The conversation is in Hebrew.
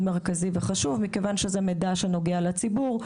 מרכזי וחשוב; מכיוון שזה מידע שנוגע לציבור,